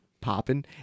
popping